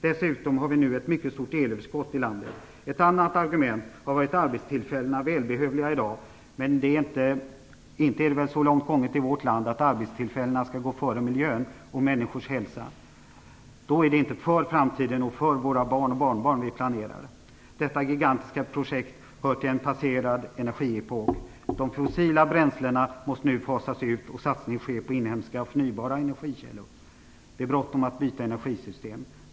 Dessutom har vi nu ett mycket stort elöverskott i landet. Ett annat argument har varit arbetstillfällena. De är välbehövliga i dag. Men inte är det väl så långt gånget i vårt land att arbetstillfällena skall gå före miljön och människors hälsa? Då är det inte för framtiden och för våra barn och barnbarn vi planerar. Detta gigantiska projekt hör till en passerad energiepok. De fossila bränslena måste nu fasas ut, och en satsning på inhemska och förnybara energikällor måste ske. Det är bråttom med att byta energisystem.